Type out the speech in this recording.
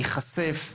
להיחשף,